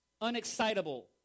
Unexcitable